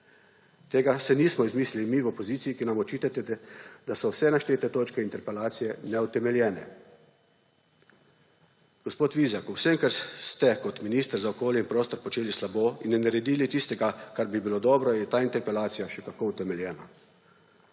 Tega si nismo izmislili mi v opoziciji, ki nam očitate, da so vse naštete točke interpelacije neutemeljene. Gospod Vizjak, ob vsem, kar ste kot minister za okolje in prostor počeli slabo in ne naredili tistega, kar bi bilo dobro, je ta interpelacija še kako utemeljena.